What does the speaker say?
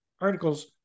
articles